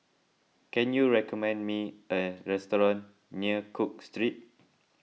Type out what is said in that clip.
can you recommend me a restaurant near Cook Street